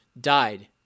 died